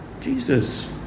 Jesus